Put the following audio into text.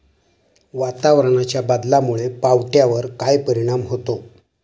वातावरणाच्या बदलामुळे पावट्यावर काय परिणाम होतो?